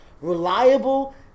reliable